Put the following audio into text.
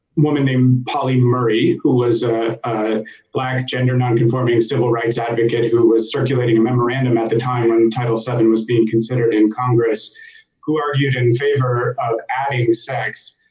woman named polly murray who was a black gender nonconforming of civil rights advocate who was circulating a memorandum at the time when title seven was being considered in congress who argued in favor of adding sex?